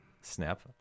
snap